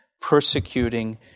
persecuting